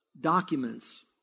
documents